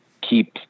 keep